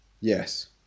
yes